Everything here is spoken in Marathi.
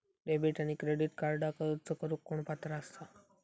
डेबिट आणि क्रेडिट कार्डक अर्ज करुक कोण पात्र आसा?